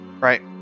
Right